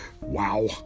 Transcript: Wow